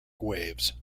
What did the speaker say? waves